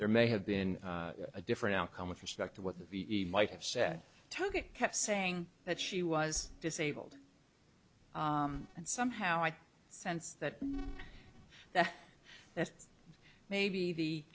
there may have been a different outcome with respect to what the ve might have said talking kept saying that she was disabled and somehow i sense that that that maybe the